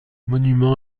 monument